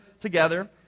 together